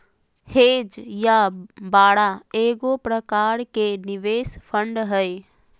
hedge या बाड़ा एगो प्रकार के निवेश फंड हय